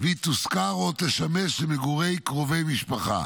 והיא תושכר או תשמש למגורי קרובי משפחה.